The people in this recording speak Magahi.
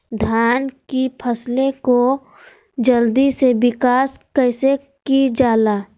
धान की फसलें को जल्दी से विकास कैसी कि जाला?